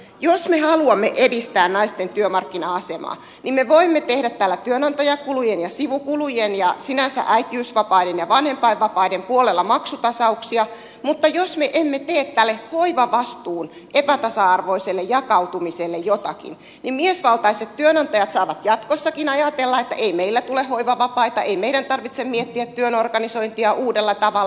jos me haluamme edistää naisten työmarkkina asemaa niin me voimme tehdä täällä työnantajakulujen ja sivukulujen ja sinänsä äitiysvapaiden ja vanhempainvapaiden puolella maksutasauksia mutta jos me emme tee tälle hoivavastuun epätasa arvoiselle jakautumiselle jotakin niin miesvaltaiset työantajat saavat jatkossakin ajatella että ei meillä tule hoivavapaita ei meidän tarvitse miettiä työn organisointia uudella tavalla